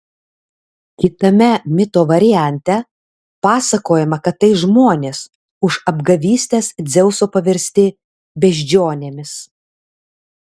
kitame mito variante pasakojama kad tai žmonės už apgavystes dzeuso paversti beždžionėmis